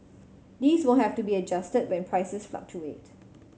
these will have to be adjusted when prices fluctuate